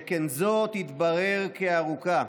שכן זו תתברר כארוכה.